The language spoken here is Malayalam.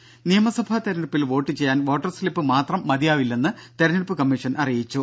ദര നിയമസഭാ തെരഞ്ഞെടുപ്പിൽ വോട്ട് ചെയ്യാൻ വോട്ടർ സ്ലിപ്പ് മാത്രം മതിയാവില്ലെന്ന് തെരഞ്ഞെടുപ്പ് കമ്മീഷൻ അറിയിച്ചു